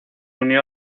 unió